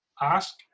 ask